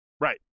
Right